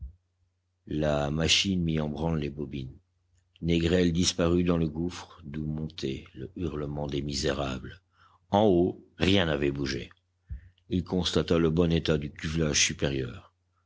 la machine mit en branle les bobines négrel disparut dans le gouffre d'où montait toujours le hurlement des misérables en haut rien n'avait bougé il constata le bon état du cuvelage supérieur